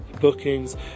bookings